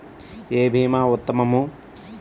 ఏ భీమా ఉత్తమము?